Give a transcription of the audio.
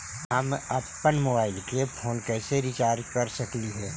हम अप्पन mobile phone के कैसे रिचार्ज कर सकली हे?